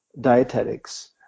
dietetics